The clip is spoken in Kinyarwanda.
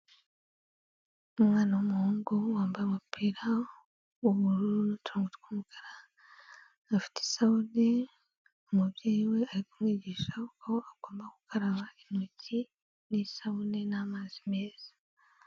Umwana w'umuhungu wambaye umupira w'ubururu n'uturongo tw'umukara, afite isabune, umubyeyi we ari kumwigisha uko agomba gukaraba intoki n'isabune n'amazi meza.